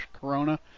Corona